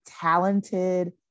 talented